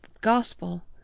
gospel